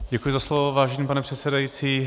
Děkuji za slovo, vážený pane předsedající.